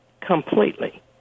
completely